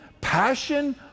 passion